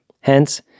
Hence